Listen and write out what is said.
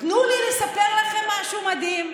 תנו לי לספר לכם משהו מדהים: